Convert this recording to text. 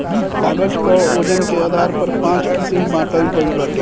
कागज कअ वजन के आधार पर पाँच किसिम बांटल गइल बाटे